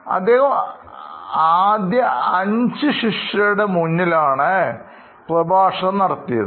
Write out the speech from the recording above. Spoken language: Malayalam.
അദ്ദേഹം ആദ്യം 5 ശിഷ്യരുടെമുന്നിലാണ് പ്രഭാഷണം നടത്തിയത്